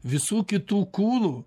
visų kitų kūnų